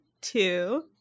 two